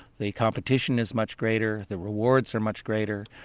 the competition is much greater, the rewards are much greater,